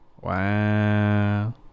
Wow